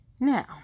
Now